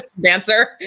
dancer